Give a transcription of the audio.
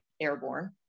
airborne